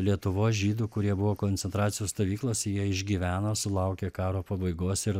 lietuvos žydų kurie buvo koncentracijos stovyklose jie išgyveno sulaukė karo pabaigos ir